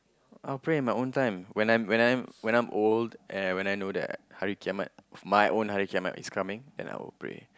I will pray in my own time when I when I'm when I'm old and when I know that hari kiamat my my own hari kiamat is coming then I will pray